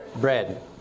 Bread